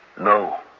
No